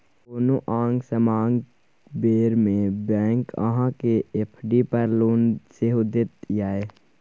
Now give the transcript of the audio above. कोनो आंग समांग बेर मे बैंक अहाँ केँ एफ.डी पर लोन सेहो दैत यै